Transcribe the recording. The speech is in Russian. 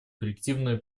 коллективную